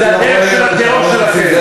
זו הדרך של הטרור שלכם.